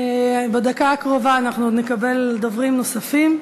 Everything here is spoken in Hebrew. בדקה הקרובה אנחנו עוד נקבל דוברים נוספים.